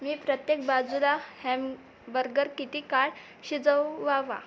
मी प्रत्येक बाजूला हॅमबर्गर किती काळ शिजवावा